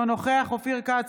אינו נוכח אופיר כץ,